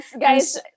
guys